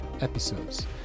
episodes